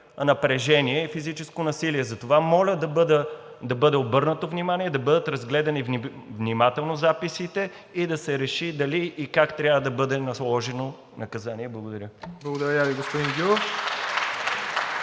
напрежение и физическо насилие. Затова моля да бъде обърнато внимание и да бъдат разгледани внимателно записите и да се реши дали и как трябва да бъде наложено наказание. Благодаря. (Ръкопляскания от